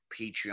Patreon